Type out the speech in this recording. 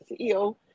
CEO